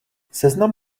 seznam